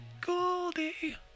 Goldie